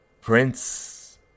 Prince